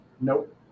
Nope